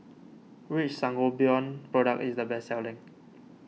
which Sangobion product is the best selling